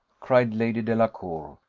cried lady delacour.